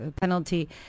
penalty